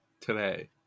today